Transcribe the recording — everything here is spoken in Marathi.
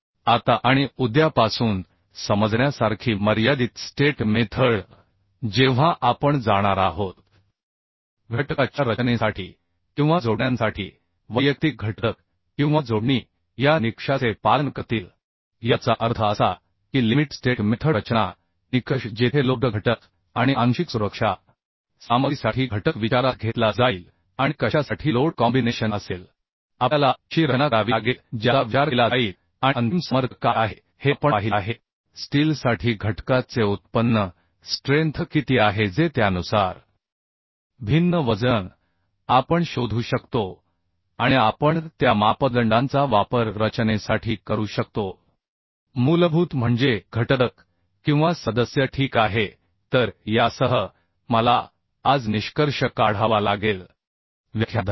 आता आणि उद्यापासून समजण्यासारखी मर्यादित स्टेट मेथड जेव्हा आपण जाणार आहोत घटका च्या रचनेसाठी किंवा जोडण्यांसाठी वैयक्तिक घटक किंवा जोडणी या निकषाचे पालन करतील याचा अर्थ असा की लिमिट स्टेट मेथड रचना निकष जेथे लो ड घटक आणि आंशिक सुरक्षा सामग्रीसाठी घटक विचारात घेतला जाईल आणि कशासाठी लोड कॉम्बिनेशन असेल आपल्याला अशी रचना करावी लागेल ज्याचा विचार केला जाईल आणि अंतिम सामर्थ्य काय आहे हे आपण पाहिले आहे स्टीलसाठी घटकाचे इल्ड स्ट्रेंथ किती आहे जे त्यानुसार भिन्न वजन आपण शोधू शकतो आणि आपण त्या मापदंडांचा वापर रचनेसाठी करू शकतो मूलभूत म्हणजे घटक किंवा सदस्य ठीक आहे तर यासह मला आज व्याख्यानात निष्कर्ष काढावा लागेल धन्यवाद